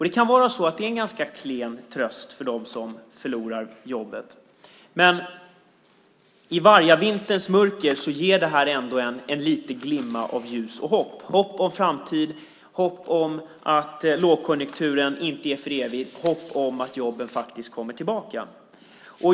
Det kan vara en ganska klen tröst för dem som förlorar jobbet, men i vargavinterns mörker ger detta ändå en liten glimt av ljus och hopp - hopp om framtid, hopp om att lågkonjunkturen inte är för evigt och hopp om att jobben kommer tillbaka.